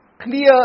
clear